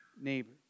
Neighbor